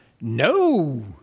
No